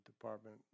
department